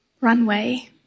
runway